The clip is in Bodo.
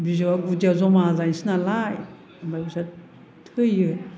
बिजौया गुदिआव जमा जाहैसै नालाय ओमफ्राय बिसोर थैयो